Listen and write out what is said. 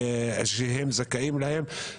שהם זכאים להם.